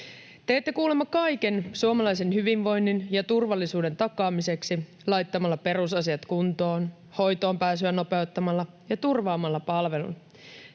Teette kuulemma kaiken suomalaisen hyvinvoinnin ja turvallisuuden takaamiseksi laittamalla perusasiat kuntoon, hoitoon pääsyä nopeuttamalla ja turvaamalla palvelut.